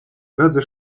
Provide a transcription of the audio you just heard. разве